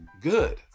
good